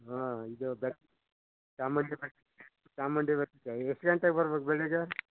ಹಾಂ ಇದು ಬೆಟ್ಟ ಚಾಮುಂಡಿ ಬೆಟ್ಟಕ್ಕೆ ಚಾಮುಂಡಿ ಬೆಟ್ಟಕ್ಕೆ ಎಷ್ಟು ಗಂಟೆಗೆ ಬರ್ಬೇಕು ಬೆಳಿಗ್ಗೆ